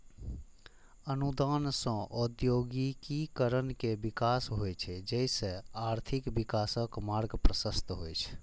अनुदान सं औद्योगिकीकरण के विकास होइ छै, जइसे आर्थिक विकासक मार्ग प्रशस्त होइ छै